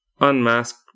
unmask